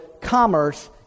commerce